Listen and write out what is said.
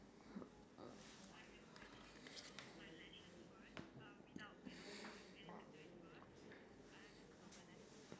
I think your cheeks around there like just underneath your eye a bit of your forehead your chin I think ya I think that's all